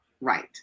Right